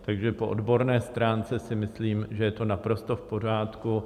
Takže po odborné stránce si myslím, že je to naprosto v pořádku.